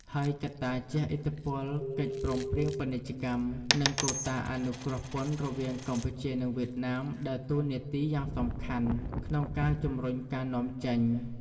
ហើយកត្តាជះឥទ្ធិពល កិច្ចព្រមព្រៀងពាណិជ្ជកម្ម និងកូតាអនុគ្រោះពន្ធរវាងកម្ពុជា និងវៀតណាមដើរតួនាទីយ៉ាងសំខាន់ក្នុងការជំរុញការនាំចេញ។